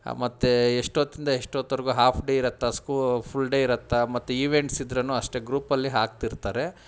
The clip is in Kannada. ಮತ್ತೆ ಎಷ್ಟು ಹೊತ್ತಿಂದ ಎಷ್ಟು ಹೊತ್ವರ್ಗೂ ಹಾಫ್ ಡೇ ಇರತ್ತಾ ಫುಲ್ ಡೇ ಇರತ್ತಾ ಮತ್ತು ಈವೆಂಟ್ಸ್ ಇದ್ರೂ ಅಷ್ಟೇ ಗ್ರೂಪಲ್ಲಿ ಹಾಕ್ತಿರ್ತಾರೆ